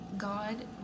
God